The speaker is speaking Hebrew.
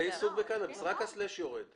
רק ה-סלש יורד.